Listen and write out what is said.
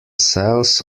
cells